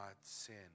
sin